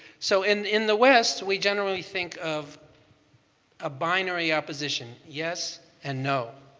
so in in the west we generally think of a binary opposition. yes and no.